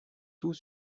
tout